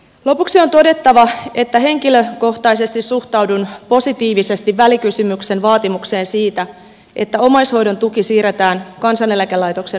lopuksi on todettava että henkilökohtaisesti suhtaudun positiivisesti välikysymyksen vaatimukseen siitä että omaishoidon tuki siirretään kansaneläkelaitoksen hoidettavaksi